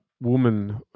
woman